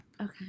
Okay